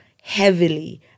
heavily